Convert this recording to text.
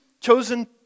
chosen